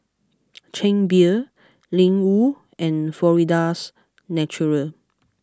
Chang Beer Ling Wu and Florida's Natural